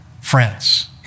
friends